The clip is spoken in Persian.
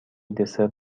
دسر